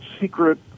secret